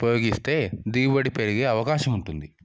ఉపయోగిస్తే దిగుబడి పెరిగే అవకాశం ఉంటుంది